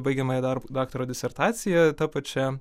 baigiamąjį darbą daktaro disertaciją ta pačia